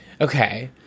Okay